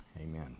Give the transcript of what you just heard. Amen